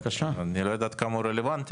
אני לא יודע עד כמה הוא רלוונטי,